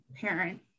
parent